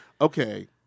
Okay